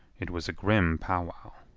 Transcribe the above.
it was a grim pow-wow.